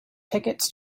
tickets